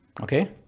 Okay